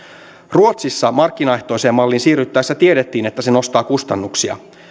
ruotsissa markkinaehtoiseen malliin siirryttäessä tiedettiin että se nostaa kustannuksia